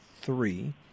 three